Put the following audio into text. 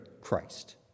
Christ